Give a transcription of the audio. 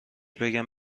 بگم